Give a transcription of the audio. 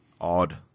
Odd